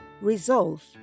resolve